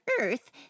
Earth